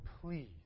please